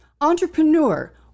entrepreneur